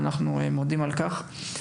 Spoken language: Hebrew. ואנחנו מודים לכם על כך.